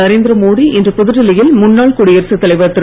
நரேந்திர மோடி இன்று புதுடெல்லியில் முன்னாள் குடியரசுத் தலைவர் திரு